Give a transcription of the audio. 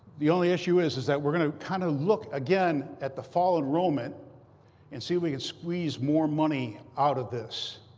the only issue is is that we're going to kind of look again at the fall enrollment and see if we can squeeze more money out of this.